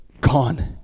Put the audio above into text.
gone